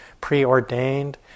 preordained